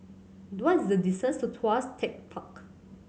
what is the distance to Tuas Tech Park